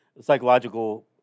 psychological